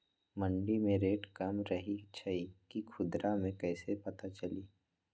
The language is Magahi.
मंडी मे रेट कम रही छई कि खुदरा मे कैसे पता चली?